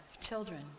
Children